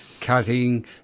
cutting